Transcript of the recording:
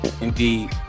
indeed